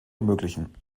ermöglichen